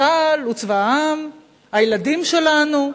צה"ל הוא צבא העם, הילדים שלנו,